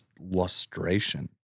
Lustration